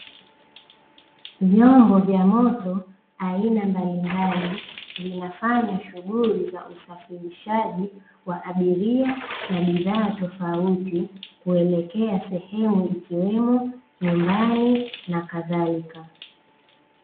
Vyombo vya moto aina mbalimbali vinafanya shughuli za usafirishaji wa abiria na bidhaa tofauti kuelekea sehemu ikiwemo nyumbani na kadhalika.